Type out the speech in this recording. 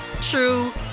true